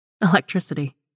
Electricity